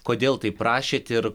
kodėl taip rašėt ir